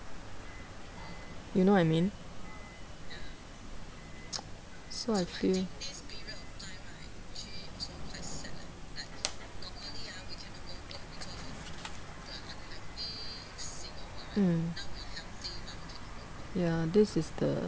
you know what I mean so I feel mm ya this is the